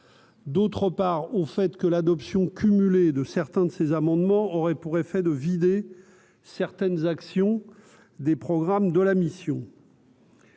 d'autre part, au fait que l'adoption cumulé de certains de ses amendements aurait pour effet de vider certaines actions des programmes de la mission.